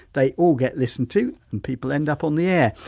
they all get listened to and people end up on the air.